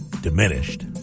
diminished